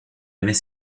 aimait